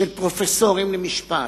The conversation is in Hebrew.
של פרופסורים למשפט,